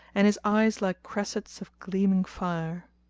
and his eyes like cressets of gleaming fire.